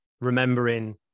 remembering